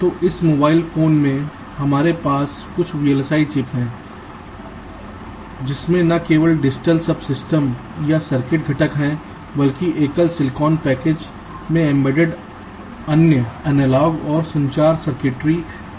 तो इस mobile phone में हमारे पास कुछ VLSI चिप है जिसमें न केवल डिजिटल सब सिस्टम या सर्किट घटक हैं बल्कि एकल सिलिकॉन पैकेज में एम्बेडेड अन्य एनालॉग और संचार सर्किटरी भी हैं